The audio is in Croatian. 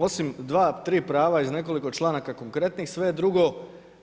Osim dva-tri prava iz nekoliko članaka konkretnih, sve je drugo